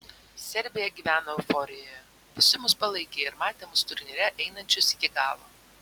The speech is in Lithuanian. serbija gyveno euforijoje visi mus palaikė ir matė mus turnyre einančius iki galo